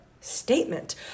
statement